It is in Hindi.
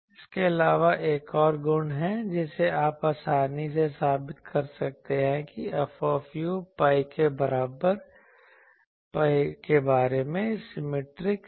इसके अलावा एक और गुण है जिसे आप आसानी से साबित कर सकते हैं कि F pi के बारे में सिमिट्रिक है